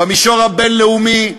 במישור הבין-לאומי: